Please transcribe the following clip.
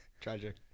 Tragic